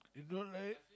they don't like